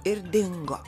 ir dingo